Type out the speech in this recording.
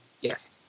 Yes